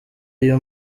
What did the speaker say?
iyo